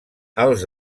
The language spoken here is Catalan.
els